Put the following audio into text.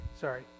sorry